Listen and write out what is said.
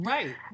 Right